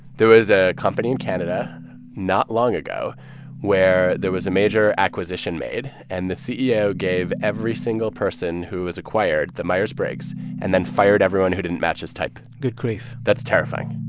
there was a company in canada not long ago where there was a major acquisition made, and the ceo gave every single person who was acquired the myers-briggs and then fired everyone who didn't match his type good grief that's terrifying